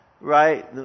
right